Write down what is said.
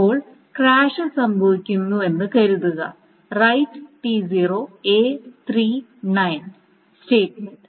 ഇപ്പോൾ ക്രാഷ് സംഭവിക്കുന്നുവെന്ന് കരുതുക റൈററ് T0 A 3 9 സ്റ്റേറ്റ് മെൻറ്